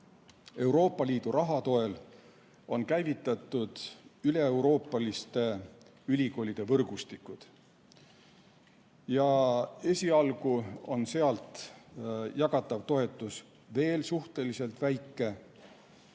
Euroopa Liidu raha toel on käivitatud üleeuroopalised ülikoolide võrgustikud. Esialgu on sealt jagatav toetus veel suhteliselt väike ja selles